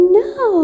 no